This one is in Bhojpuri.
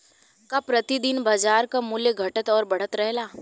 का प्रति दिन बाजार क मूल्य घटत और बढ़त रहेला?